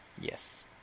yes